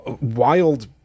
wild